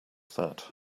that